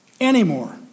anymore